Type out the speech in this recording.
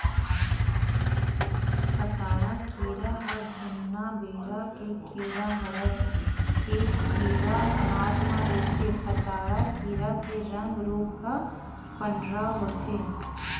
पताड़ा कीरा ह जुन्ना बेरा के कीरा हरय ऐ कीरा अनाज म रहिथे पताड़ा कीरा के रंग रूप ह पंडरा होथे